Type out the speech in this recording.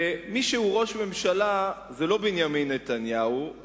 ומי שהוא ראש ממשלה זה לא בנימין נתניהו,